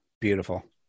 Beautiful